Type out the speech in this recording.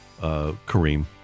Kareem